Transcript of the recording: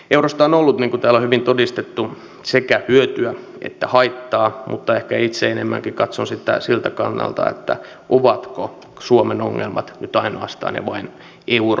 eurosta on ollut niin kuin täällä on hyvin todistettu sekä hyötyä että haittaa mutta ehkä itse enemmänkin katson sitä siltä kannalta ovatko suomen ongelmat nyt ainoastaan ja vain euron syytä